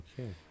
okay